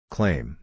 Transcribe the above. Claim